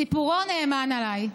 סיפורו נאמן עליי.